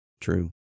true